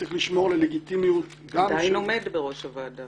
צריך לשמור על הלגיטימיות גם של --- עדיין עומד בראש הוועדה.